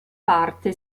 parte